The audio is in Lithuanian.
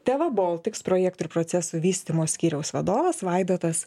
teva baltic projektų ir procesų vystymo skyriaus vadovas vaidotas